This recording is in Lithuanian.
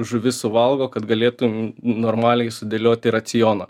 žuvis suvalgo kad galėtum normaliai sudėlioti racioną